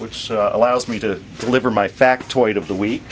which allows me to deliver my factoid of the week